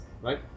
right